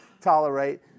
tolerate